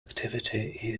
activity